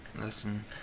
Listen